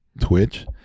Twitch